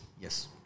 Yes